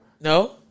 No